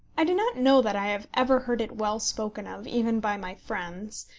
i do not know that i have ever heard it well spoken of even by my friends,